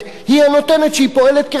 היא הנותנת שהיא פועלת כחברת קש.